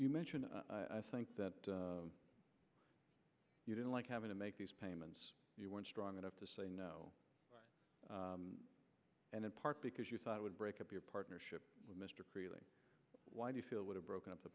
you mentioned i think you didn't like having to make these payments you weren't strong enough to say no and in part because you thought it would break up your partnership with mr why do you feel would have broken up the